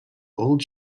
old